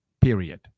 period